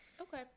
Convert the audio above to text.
Okay